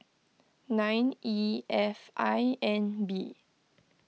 nine E F I N B